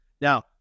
Now